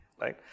right